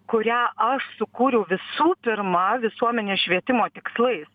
kurią aš sukūriau visų pirma visuomenės švietimo tikslais